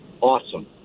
awesome